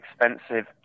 expensive